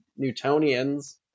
Newtonians